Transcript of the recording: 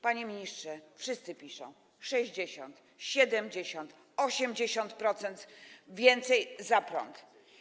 Panie ministrze, wszyscy piszą: 60, 70, 80% więcej za prąd.